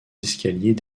escaliers